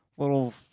little